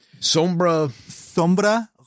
sombra